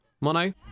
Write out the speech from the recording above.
Mono